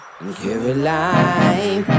Caroline